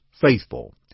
faithful